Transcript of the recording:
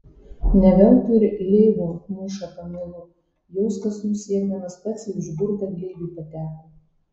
ne veltui ir lėvuo mūšą pamilo jos kasų siekdamas pats į užburtą glėbį pateko